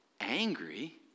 angry